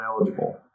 eligible